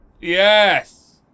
Yes